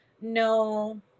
No